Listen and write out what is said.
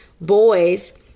boys